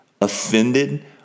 offended